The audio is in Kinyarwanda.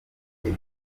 ibyo